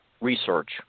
research